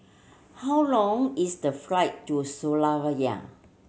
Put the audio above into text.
how long is the flight to